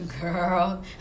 Girl